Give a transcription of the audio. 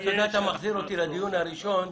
אתה מחזיר אותי לדיון הראשון.